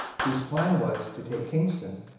whose plan was to take kingston,